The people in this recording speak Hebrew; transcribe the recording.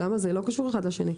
זה לא קשור אחד לשני.